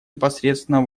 непосредственно